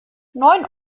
neun